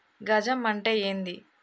గజం అంటే ఏంది?